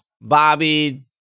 Bobby